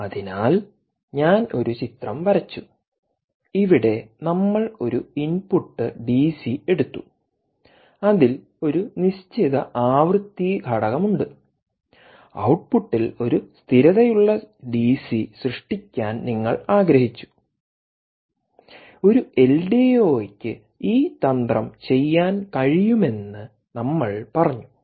അതിനാൽ ഞാൻ ഒരു ചിത്രം വരച്ചു ഇവിടെ നമ്മൾ ഒരു ഇൻപുട്ട് ഡിസി എടുത്തു അതിൽ ഒരു നിശ്ചിത ആവൃത്തി ഘടകമുണ്ട് ഔട്ട്പുട്ടിൽ ഒരു സ്ഥിരതയുള്ള ഡിസി സൃഷ്ടിക്കാൻ നിങ്ങൾ ആഗ്രഹിച്ചുഒരു എൽഡിഒക്ക് ഈ തന്ത്രം ചെയ്യാൻ കഴിയുമെന്ന് നമ്മൾ പറഞ്ഞു